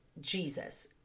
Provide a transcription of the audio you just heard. Jesus